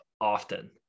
often